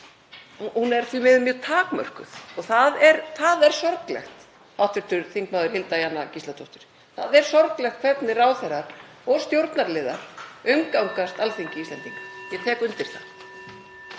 hendi er því miður mjög takmörkuð og það er sorglegt, hv. þm. Hilda Jana Gísladóttir. Það er sorglegt hvernig ráðherrar og stjórnarliðar umgangast Alþingi Íslendinga. Ég tek undir það.